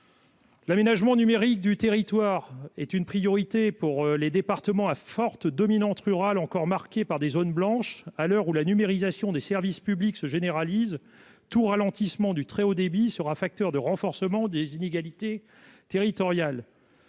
L'aménagement numérique du territoire est une priorité pour les départements à forte dominante rurale encore marqué par des zones blanches à l'heure où la numérisation des services publics se généralise tout ralentissement du très haut débit sera facteur de renforcement des inégalités territoriales.--